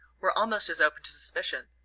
were almost as open to suspicion,